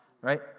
right